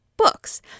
books